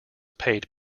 paid